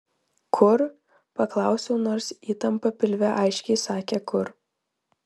kur paklausiau nors įtampa pilve aiškiai sakė kur